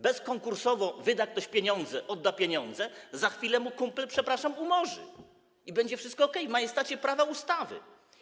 Bezkonkursowo wyda ktoś pieniądze, odda pieniądze, za chwilę mu kumpel, przepraszam, umorzy i będzie wszystko okej - w majestacie prawa, ustawy.